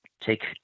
Take